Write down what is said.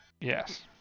Yes